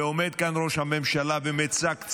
ועומד כאן ראש הממשלה ומצקצק,